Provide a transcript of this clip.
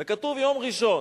וכתוב: יום ראשון,